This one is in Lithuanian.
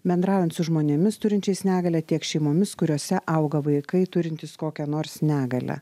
bendraujant su žmonėmis turinčiais negalią tiek šeimomis kuriose auga vaikai turintys kokią nors negalią